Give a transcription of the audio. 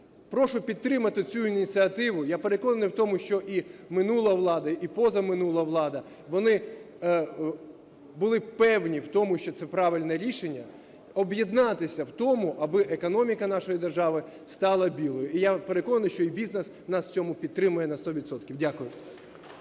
прошу підтримати цю ініціативу. Я переконаний, в тому що і минула влада, і поза минула влада вони були певні, в тому що це правильне рішення: об'єднатися в тому аби економіка нашої держави стала білою, і я переконаний, що і бізнес нас в цьому підтримає на сто